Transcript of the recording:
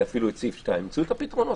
ימצאו את הפתרונות.